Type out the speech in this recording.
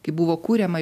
kaip buvo kuriama